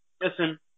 Listen